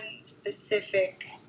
specific